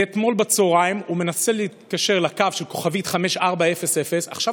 מאתמול בצוהריים הוא מנסה את קו 5400*. עכשיו